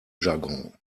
jargon